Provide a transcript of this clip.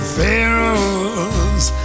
Pharaohs